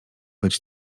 być